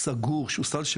זה טעון בירור,